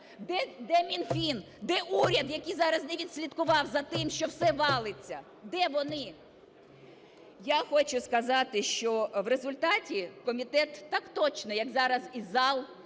Де Мінфін, де уряд, який зараз не відслідкував за тим, що все валиться, де вони? Я хочу сказати, що в результаті комітет, так точно, як зараз і зал,